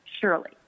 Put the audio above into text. surely